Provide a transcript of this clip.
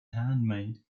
handmade